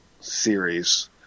series